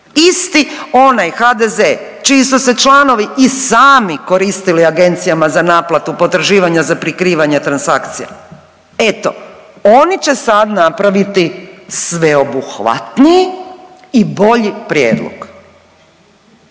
Isti onaj HDZ čiji su se članovi i sami koristili agencijama za naplatu potraživanja za prikrivanje transakcija. Eto, oni će sad napraviti sveobuhvatniji i bolji prijedlog.